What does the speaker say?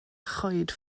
choed